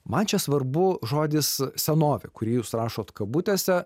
man čia svarbu žodis senovė kurį jūs rašot kabutėse